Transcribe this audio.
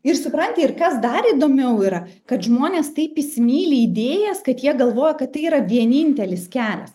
ir supranti ir kas dar įdomiau yra kad žmonės taip įsimyli idėjas kad jie galvoja kad tai yra vienintelis kelias